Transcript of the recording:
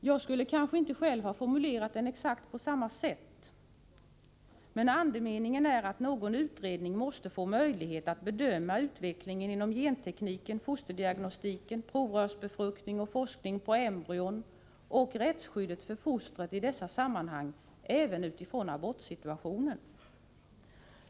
Jag skulle kanske inte själv ha formulerat den exakt på samma sätt, men andemeningen är att någon utredning måste få möjlighet att bedöma utvecklingen inom gentekniken, fosterdiagnostiken, provrörsbefruktningen, forskningen på embryon och rättsskyddet för fostret i dessa sammanhang, även utifrån abortsituationen.